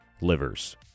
livers